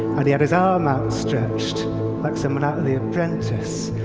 and he had his arm outstretched like someone out of the apprentice.